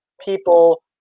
people –